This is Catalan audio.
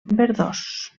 verdós